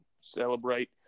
celebrate